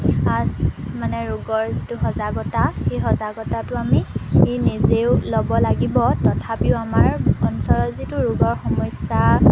আঁচ মানে ৰোগৰ যিটো সজাগতা সেই সজাগতাটো আমি নিজেও ল'ব লাগিব তথাপিও আমাৰ অঞ্চলৰ যিটো ৰোগৰ সমস্যা